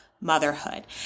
motherhood